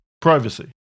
privacy